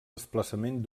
desplaçament